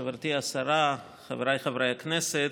חברתי השרה, חבריי חברי הכנסת,